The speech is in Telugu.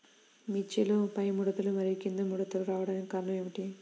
మిర్చిలో పైముడతలు మరియు క్రింది ముడతలు రావడానికి కారణం ఏమిటి?